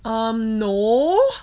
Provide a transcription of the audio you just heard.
um no